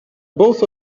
both